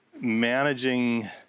managing